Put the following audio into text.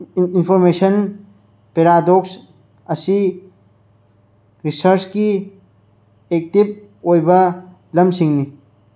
information paradox ꯑꯁꯤ ꯔꯤꯁꯔꯁꯀꯤ active ꯑꯣꯏꯕ ꯂꯝꯁꯤꯡꯅꯤ